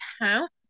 count